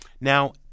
Now